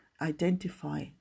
Identify